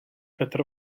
petr